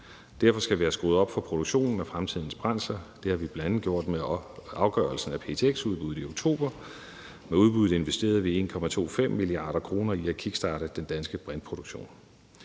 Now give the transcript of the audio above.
Derfor skal vi have skruet op for produktionen af fremtidens brændsler. Det har vi bl.a. gjort med afgørelsen af ptx-udbuddet i oktober. Med udbuddet investerede vi 1,25 mia. kr. i at kickstarte den danske brintproduktion.